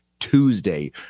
Tuesday